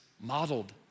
modeled